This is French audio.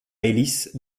hélices